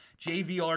JVR